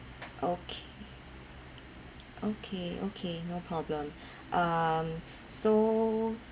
okay okay okay no problem um so